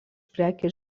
prekės